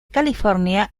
california